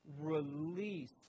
release